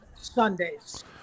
Sundays